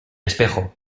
espejo